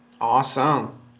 Awesome